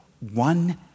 One